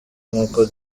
nk’uko